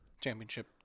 championship